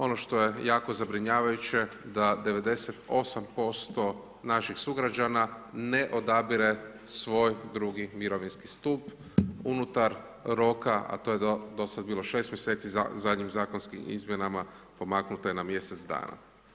Ono što je jako zabrinjavajuće da 98% naših sugrađana ne odabire svoj drugi mirovinski stup unutar roka, a to je do sad bilo 6 mjeseci, a zadnjim zakonskim izmjenama pomaknuta je na mjesec dana.